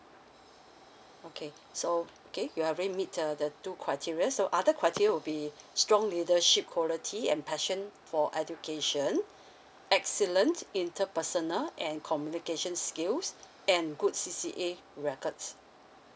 okay so okay you have already meet the the two criteria so other criteria will be strong leadership quality and passion for education excellent interpersonal and communication skills and good C_C_A records